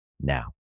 now